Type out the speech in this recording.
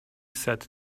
said